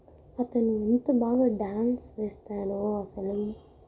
అతను ఎంత బాగా డ్యాన్స్ వేస్తాడో అసలు